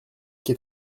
est